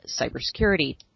cybersecurity